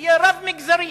שתהיה רב-מגזרית,